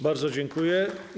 Bardzo dziękuję.